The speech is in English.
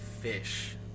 fish